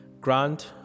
Grant